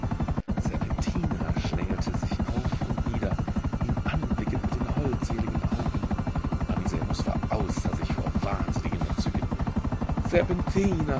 serpentina schlängelte sich auf und nieder ihn anblickend mit den holdseligen augen anselmus war außer sich vor wahnsinnigem entzücken